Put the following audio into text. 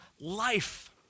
life